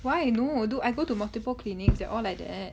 why I know dude I go to multiple clinics they're all like that